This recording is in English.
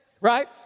Right